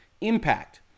impact